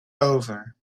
over